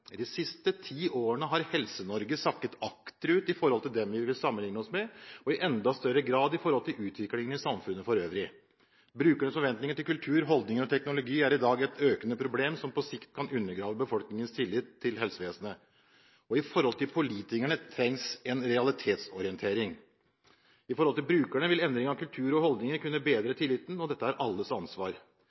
De siste 10 årene har Norge sakket akterut i forhold til dem vi vil sammenligne oss med, og i enda større grad i forhold til utviklingen i samfunnet for øvrig. – Brukernes forventninger til kultur, holdninger og teknologi er i dag et økende problem som på sikt kan undergrave befolkningens tillit til helsevesenet. – I forhold til politikerne trengs en realitetsorientering – I forhold til brukerne vil endring av kultur og holdninger kunne bedre tilliten. Dette er alles ansvar.